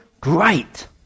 great